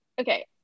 okay